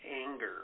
anger